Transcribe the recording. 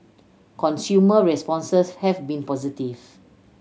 consumer responses have been positive